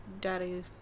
daddy